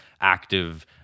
active